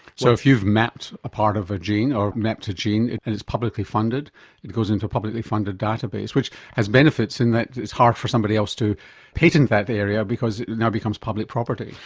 so if you've mapped a part of a gene or mapped a gene and it's publicly funded it goes into a publicly funded data base which has benefits in that it's hard for somebody else to patent that area because it now becomes public property.